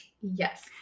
Yes